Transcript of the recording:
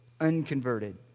Unconverted